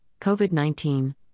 COVID-19